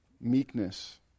meekness